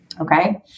Okay